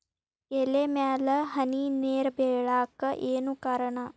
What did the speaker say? ಎಲೆ ಮ್ಯಾಲ್ ಹನಿ ನೇರ್ ಬಿಳಾಕ್ ಏನು ಕಾರಣ?